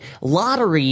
Lottery